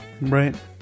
Right